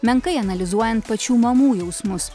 menkai analizuojant pačių mamų jausmus